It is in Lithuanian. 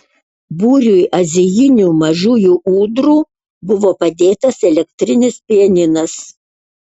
būriui azijinių mažųjų ūdrų buvo padėtas elektrinis pianinas